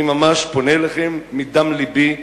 אני ממש פונה אליכם מדם לבי,